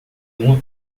uma